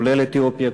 כולל אתיופיה,